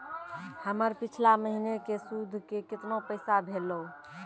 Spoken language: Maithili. हमर पिछला महीने के सुध के केतना पैसा भेलौ?